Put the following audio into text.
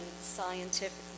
scientifically